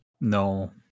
No